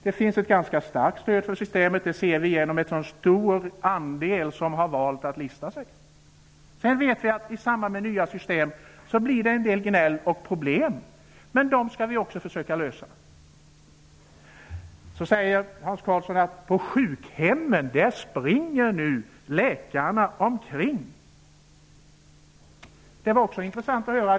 Det finns ett ganska starkt stöd för systemet. Det ser vi genom att så stor andel har valt att lista sig. Vi vet att det i samband med att nya system införs blir en del gnäll och problem. Men de skall vi försöka lösa. Hans Karlsson säger att läkarna nu springer omkring på sjukhemmen. Det var också intressant att höra.